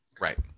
Right